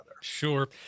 Sure